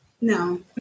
No